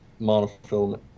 monofilament